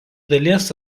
dalies